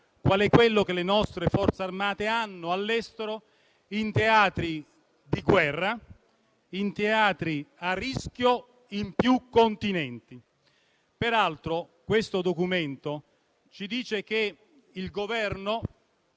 quale quello che le nostre Forze armate hanno all'estero, in teatri di guerra e a rischio in più continenti. Peraltro, il documento in esame ci dice che il Governo